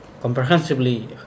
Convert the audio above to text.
comprehensively